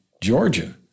Georgia